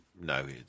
no